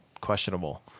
questionable